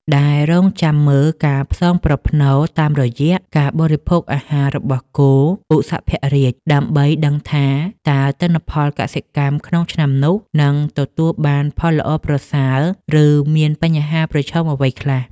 ដែលរង់ចាំមើលការផ្សងប្រផ្នូលតាមរយៈការបរិភោគអាហាររបស់គោឧសភរាជ ដើម្បីដឹងថាតើទិន្នផលកសិកម្មក្នុងឆ្នាំនោះនឹងទទួលបានផលល្អប្រសើរ ឬមានបញ្ហាប្រឈមអ្វីខ្លះ។